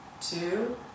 two